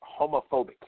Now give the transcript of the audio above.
homophobic